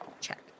Check